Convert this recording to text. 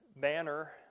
banner